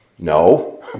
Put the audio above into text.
No